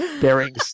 bearing